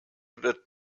wird